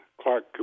Clark